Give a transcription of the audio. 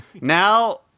Now